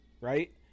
right